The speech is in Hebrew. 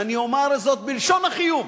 ואני אומר זאת בלשון החיוב,